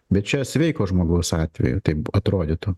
bet čia sveiko žmogaus atveju taip atrodytų